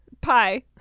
Pie